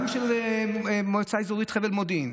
גם של מועצה אזורית חבל מודיעין,